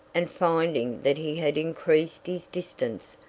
and finding that he had increased his distance,